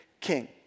king